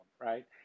right